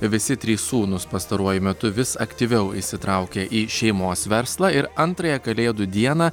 visi trys sūnūs pastaruoju metu vis aktyviau įsitraukia į šeimos verslą ir antrąją kalėdų dieną